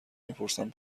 میپرسن